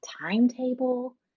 timetable